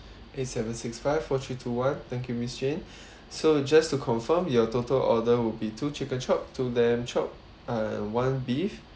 eight seven six five four three two one thank you miss jane so just to confirm your total order would be two chicken chop two lamb chop uh one beef